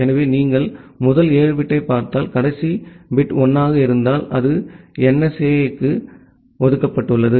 எனவே நீங்கள் முதல் ஏழு பிட்டைப் பார்த்தால் கடைசி பிட் 1 ஆக இருந்தால் அது என்எஸ்ஏபிக்கு ஒதுக்கப்பட்டுள்ளது